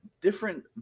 different